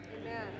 Amen